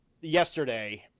yesterday